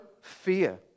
fear